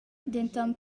denton